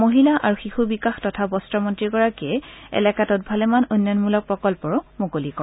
মহিলা আৰু শিশু বিকাশ তথা বস্ত্ৰ মন্ত্ৰীগৰাকীয়ে এলেকাটোত ভালেমান উন্নয়নমূলক প্ৰকল্পও মুকলি কৰে